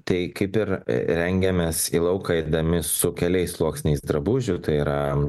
tai kaip ir rengiamės į lauką eidami su keliais sluoksniais drabužių tai yra